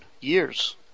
years